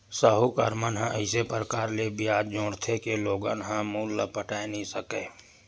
साहूकार मन ह अइसे परकार ले बियाज जोरथे के लोगन ह मूल ल पटाए नइ सकय